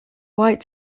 white